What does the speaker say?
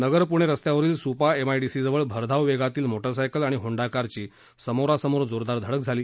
नगर पृणे रस्त्यावरील सुपा एमआयडीसीजवळ भरधाव वेगातील मोटारसायकल आणि होंडा कारची समोरासमोर जोरदार धडक झाली